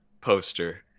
poster